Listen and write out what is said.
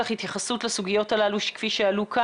אני אשמח לשמוע אם יש לך התייחסות לסוגיות שעלו כאן